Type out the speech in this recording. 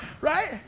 right